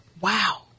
Wow